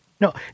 no